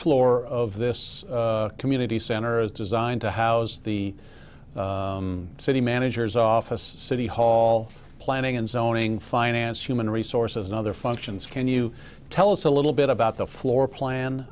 floor of this community center is designed to house the city manager's office city hall planning and zoning finance human resources and other functions can you tell us a little bit about the floor